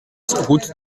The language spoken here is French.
route